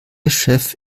chef